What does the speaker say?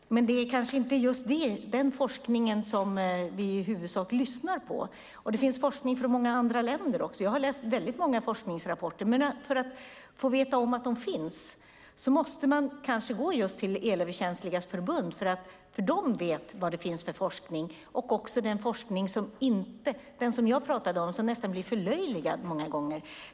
Men det är kanske inte den forskningen som vi i huvudsak lyssnar på. Det finns forskning från många andra länder också. Jag har läst väldigt många forskningsrapporter. Men för att få veta att de finns måste man kanske gå till Elöverkänsligas Riksförbund, för de vet vad det finns för forskning, också den forskning som jag pratade om, den som nästan blir förlöjligad många gånger.